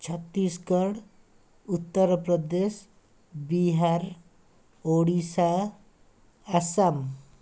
Chhattisgarh Uttar Pradesh Bihar Odisha Assam